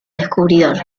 descubridor